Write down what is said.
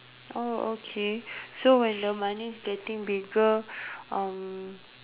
oh okay so when the money is getting bigger um